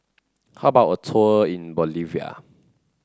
how about a tour in Bolivia